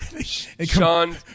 Sean